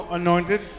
anointed